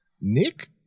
Nick